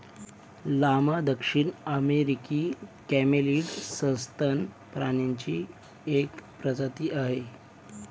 llama दक्षिण अमेरिकी camelid सस्तन प्राण्यांची एक प्रजाती आहे